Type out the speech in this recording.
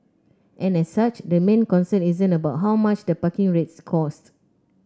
and as such the main concern isn't about how much the parking rates cost